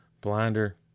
Blinder